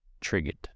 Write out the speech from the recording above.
Triggered